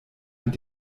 mit